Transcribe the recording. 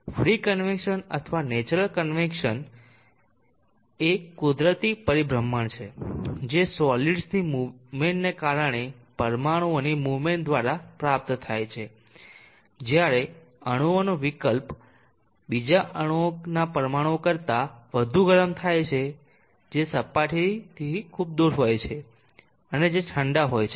free convection અથવા natural convection એ કુદરતી પરિભ્રમણ છે જે સોલીડ્સની મૂવમેન્ટ ને કારણે પરમાણુઓની મૂવમેન્ટ દ્વારા પ્રાપ્ત થાય છે જ્યારે અણુઓનો વિકલ્પ બીજા પરમાણુઓના કરતાં વધુ ગરમ થાય છે જે સપાટીથી ખૂબ દૂર હોય છે અને જે ઠંડા હોય છે